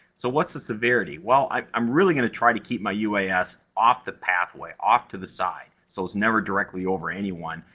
so, what's the severity? well, i'm really gonna try to keep my uas off the pathway, off to the side, so it's never directly over anyone,